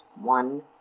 one